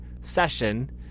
session